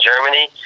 Germany